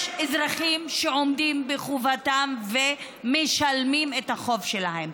יש אזרחים שעומדים בחובתם ומשלמים את החוב שלהם.